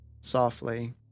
softly